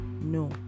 No